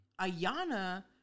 Ayana